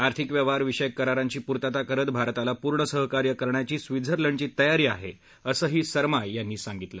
आर्थिक व्यवहार विषयक करारांची पूर्तता करत भारताला पूर्ण सहकार्य करण्याची स्वित्झर्लंडची तयारी आहे असंही सरमा यांनी सांगितलं